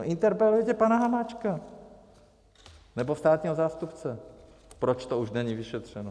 No interpelujte pana Hamáčka nebo státního zástupce, proč to už není vyšetřeno.